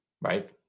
Right